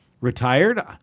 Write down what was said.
retired